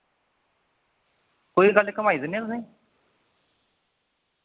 कोई गल्ल नि घुमाई दिन्नेआं तुसें